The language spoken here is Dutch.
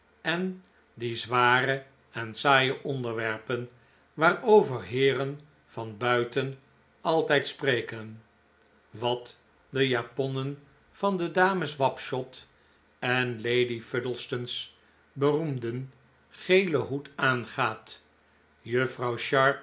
en die zware en saaie onderwerpen waarover heeren van buiten altijd spreken wat de japonnen van de dames wapshot en lady fuddleston's beroemden gelen hoed aangaat juffrouw